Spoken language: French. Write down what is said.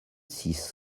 six